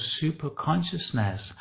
super-consciousness